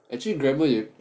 actually grammer 也